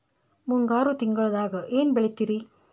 ಮುಂಗಾರು ತಿಂಗಳದಾಗ ಏನ್ ಬೆಳಿತಿರಿ?